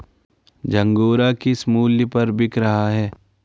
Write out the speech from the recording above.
झंगोरा किस मूल्य पर बिक रहा है?